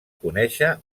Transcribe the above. conèixer